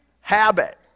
habit